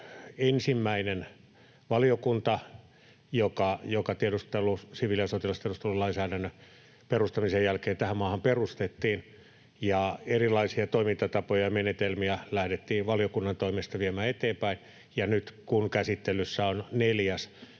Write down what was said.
ensimmäinen valiokunta, joka siviili- ja sotilastiedustelulainsäädännön perustamisen jälkeen tähän maahan perustettiin. Erilaisia toimintatapoja ja menetelmiä lähdettiin valiokunnan toimesta viemään eteenpäin, ja nyt kun käsittelyssä on neljäs